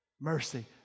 Mercy